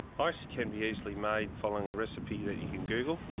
ah ice can be easily made following a recipe that you can google.